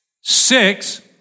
six